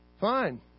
Fine